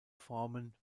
formen